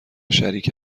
شریک